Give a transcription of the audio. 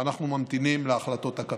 ואנחנו ממתינים להחלטות הקבינט.